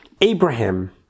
Abraham